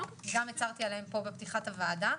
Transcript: וגם הצהרתי עליהם פה בפתיחת הוועדה.